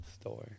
Store